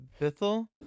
Bithel